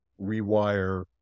rewire